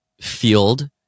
field